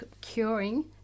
curing